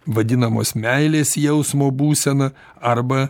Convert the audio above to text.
vadinamos meilės jausmo būsena arba